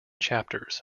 chapters